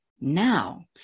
now